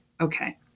okay